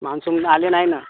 monsoon आले नाही ना